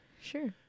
Sure